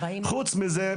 חוץ מזה,